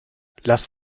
lass